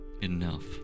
enough